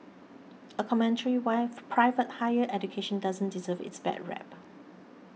a commentary why private higher education doesn't deserve its bad rep